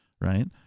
right